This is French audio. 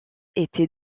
était